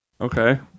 Okay